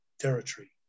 territory